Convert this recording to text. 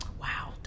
wow